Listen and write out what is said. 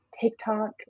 TikTok